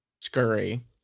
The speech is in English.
Scurry